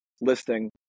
listing